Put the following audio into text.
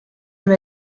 m’a